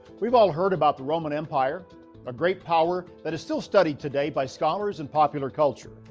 we've all heard about the roman empire a great power that is still studied today by scholars and popular culture.